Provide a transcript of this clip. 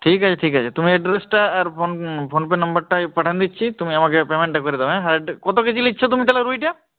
ঠিক আছে ঠিক আছে তুমি অ্যাড্রেসটা আর ফোন ফোন পে নম্বরটা পাঠান দিচ্ছি তুমি আমাকে পেমেন্টটা করে দাও হ্যাঁ কত কেজি নিচ্ছ তুমি তাহলে রুইটা